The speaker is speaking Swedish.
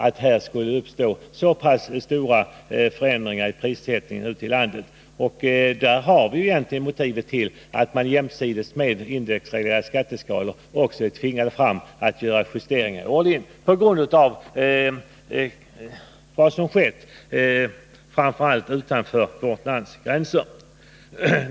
Det har uppstått så pass stora förändringar i prissättningen i landet att vi där har motivet till att man jämsides med indexreglerade skatteskalor också är tvingad att göra en årlig justering av skatteskalorna. Detta beror alltså på vad som skett, framför allt utanför vårt lands gränser.